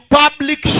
public